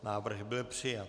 Návrh byl přijat.